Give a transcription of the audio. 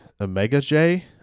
Omega-J